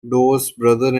brother